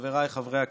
חבריי חברי הכנסת,